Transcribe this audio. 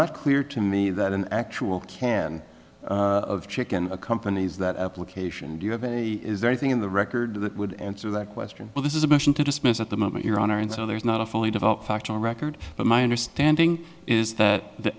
not clear to me that an actual can of chicken accompanies that application do you have any is there anything in the record that would answer that question but this is a motion to dismiss at the moment your honor and so there is not a fully developed factual record but my understanding is that the